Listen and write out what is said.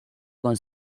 con